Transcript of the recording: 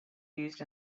used